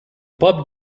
pup